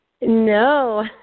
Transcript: No